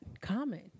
common